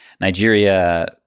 Nigeria